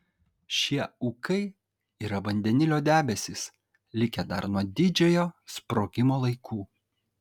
šie ūkai yra vandenilio debesys likę dar nuo didžiojo sprogimo laikų